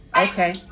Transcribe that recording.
Okay